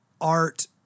art